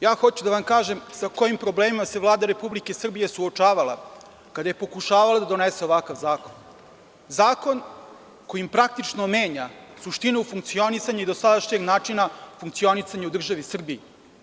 Ja hoću da vam kažem sa kojim problemima se Vlada Republike Srbije suočavala kada je pokušavala da donese ovakav zakon, zakon kojim praktično menja suštinu funkcionisanja i do sadašnjeg načina funkcionisanja u državi Srbiji.